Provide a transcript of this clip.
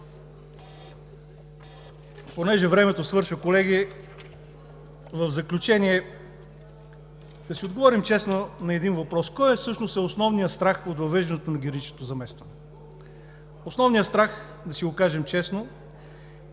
Понеже времето свършва, колеги, в заключение – да си отговорим честно на един въпрос: кой всъщност е основният страх от въвеждането на генеричното заместване? Основният страх, да си го кажем честно,